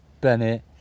Bennett